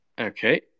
Okay